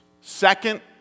Second